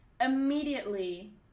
Immediately